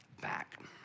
back